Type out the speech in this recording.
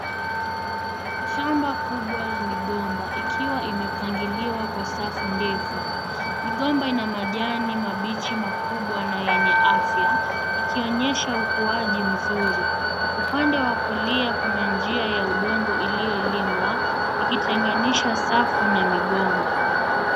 Shamba kubwa la migomba ikiwa imepangiliwa kwa safu ndefu. Migomba ina majani mabichi makubwa na yenye afya ikionyesha ukuaji mzuri. Upande wa kulia kuna njia ya udongo iliyo limwa ikitenganisha safu na migomba.